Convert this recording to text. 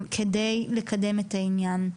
כדי לקדם את העניין.